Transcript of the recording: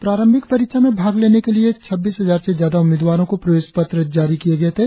प्रारंभिक परीक्षा में भाग लेने के लिए छब्बीस हजार से ज्यादा उम्मीदवारों को प्रवेश पत्र जारी किए गए थे